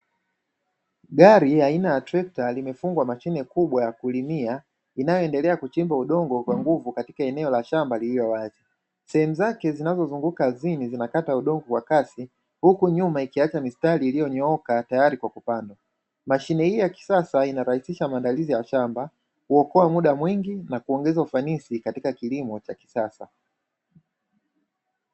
Gari aina ya trekta limefungwa mashine kubwa ya kulimia inayoendelea kuchimba udongo kwa nguvu katika eneo la shamba lililo wazi. Sehemu zake zinazozunguka ardhini zinakata udongo kwa kasi, huku nyuma ikiacha misitali iliyonyooka tayari kwa kupandwa. Mashine hii ya kisasa inarahisisha maandalizi ya shamba, kuokoa mda mwingi na kuongeza ufanisi katika kilimo cha kisasa.